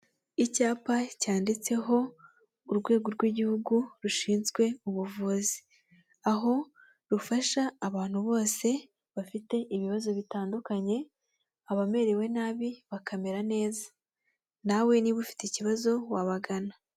Icyapa cyanditseho urwego rw'igihugu rushinzwe ubuvuzi, aho rufasha abantu bose bafite ibibazo bitandukanye, abamerewe nabi bakamera neza. Nawe niba ufite ikibazo wabagana.